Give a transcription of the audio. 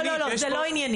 לא, לא, זה לא ענייני.